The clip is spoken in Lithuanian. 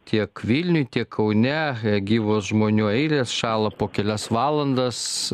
tiek vilniuj tiek kaune gyvos žmonių eilės šąla po kelias valandas